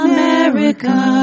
America